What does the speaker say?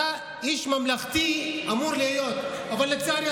אתה אמור להיות איש ממלכתי,